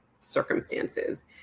circumstances